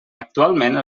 actualment